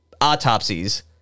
autopsies